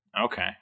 Okay